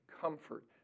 comfort